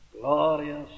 Glorious